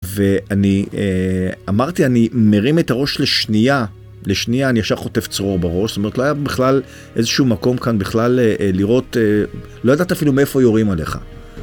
ואני אמרתי, אני מרים את הראש לשנייה, לשנייה, אני עכשיו חוטף צרור בראש, זאת אומרת, לא היה בכלל איזשהו מקום כאן בכלל לראות, לא ידעת אפילו מאיפה יורים עליך.